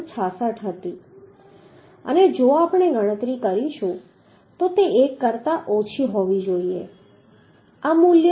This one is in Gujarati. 66 હતી અને જો આપણે ગણતરી કરીશું તો તે 1 કરતા ઓછી હોવી જોઈએ આ મૂલ્ય 0